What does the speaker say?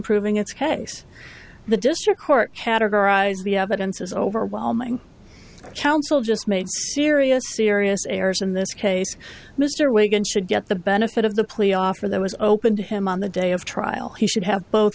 proving its case the district court categorized the evidence is overwhelming council just made serious serious errors in this case mr wiggins should get the benefit of the plea offer that was open to him on the day of trial he should have both